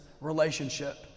relationship